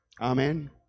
Amen